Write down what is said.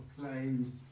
claims